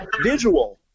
visual